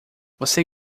você